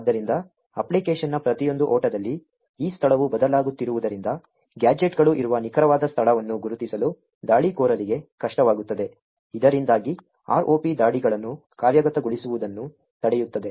ಆದ್ದರಿಂದ ಅಪ್ಲಿಕೇಶನ್ನ ಪ್ರತಿಯೊಂದು ಓಟದಲ್ಲಿ ಈ ಸ್ಥಳವು ಬದಲಾಗುತ್ತಿರುವುದರಿಂದ ಗ್ಯಾಜೆಟ್ಗಳು ಇರುವ ನಿಖರವಾದ ಸ್ಥಳವನ್ನು ಗುರುತಿಸಲು ದಾಳಿಕೋರರಿಗೆ ಕಷ್ಟವಾಗುತ್ತದೆ ಇದರಿಂದಾಗಿ ROP ದಾಳಿಗಳನ್ನು ಕಾರ್ಯಗತಗೊಳಿಸುವುದನ್ನು ತಡೆಯುತ್ತದೆ